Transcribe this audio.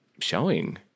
showing